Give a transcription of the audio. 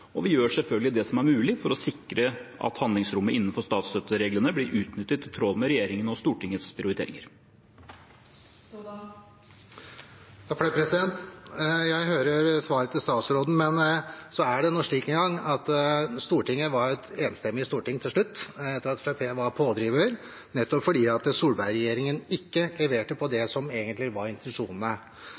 og vi gjør selvfølgelig det som er mulig for å sikre at handlingsrommet innenfor statsstøttereglene blir utnyttet i tråd med regjeringens og Stortingets prioriteringer. Jeg hører svaret til statsråden, men så er det nå engang slik at det til slutt var et enstemmig storting, etter at Fremskrittspartiet var pådriver, nettopp fordi Solberg-regjeringen ikke leverte på det som egentlig var intensjonene.